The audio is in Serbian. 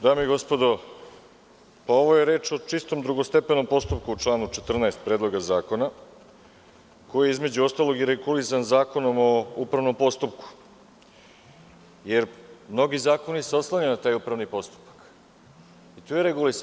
Dame i gospodo, ovo je reč o čistom drugostepenom postupku u članu 14. predloga zakona, koji, između ostalog, je regulisan Zakonom o upravnom postupku, jer mnogi zakoni se oslanjaju na taj upravni postupak i tu je regulisano.